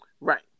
Right